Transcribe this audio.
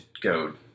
go